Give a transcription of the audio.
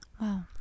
Wow